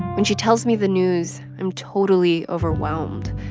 when she tells me the news, i'm totally overwhelmed,